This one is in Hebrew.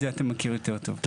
את זה אתה מכיר יותר טוב.